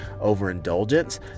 overindulgence